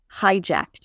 hijacked